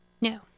No